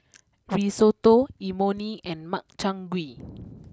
Risotto Imoni and Makchang Gui